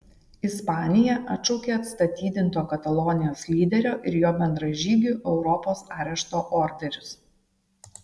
ispanija atšaukė atstatydinto katalonijos lyderio ir jo bendražygių europos arešto orderius